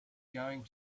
going